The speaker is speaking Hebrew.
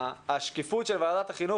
השקיפות של ועדת החינוך,